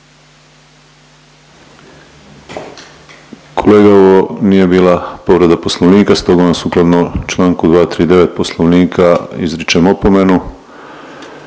Kolega Ovo nije bila povreda Poslovnika, stoga vam sukladno čl. 239 Poslovnika izričem opomenu.